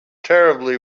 terribly